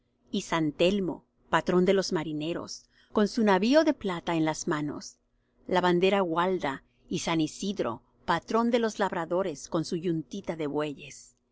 y san telmo patrón de los marineros con su navío de plata en las manos la bandera gualda y san isidro patrón de los labradores con su yuntita de bueyes